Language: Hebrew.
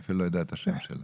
אני אפילו לא יודע את השם שלה.